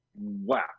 wow